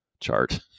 chart